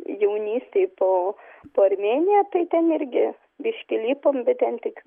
jaunystėj po po armėniją tai ten irgi biškį lipom bet ten tik